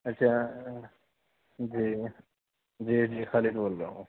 اچھا جی جی جی خالد بول رہا ہوں